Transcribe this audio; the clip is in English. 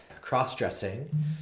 cross-dressing